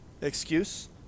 Excuse